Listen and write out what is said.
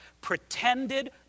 Pretended